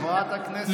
חברת הכנסת ביטון.